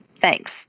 Thanks